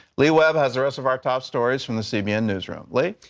lee webb has the rest of our top stories from the cbn newsroom. lee.